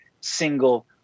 single